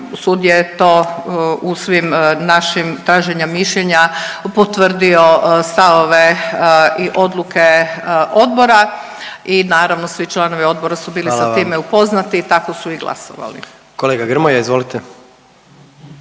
sud je to u svim našim traženja mišljenja potvrdio stavove i odluke Odbora i naravno, svi članovi Odbora su bili sa time upoznati .../Upadica: Hvala vam./...